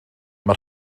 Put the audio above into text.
mae